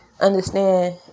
understand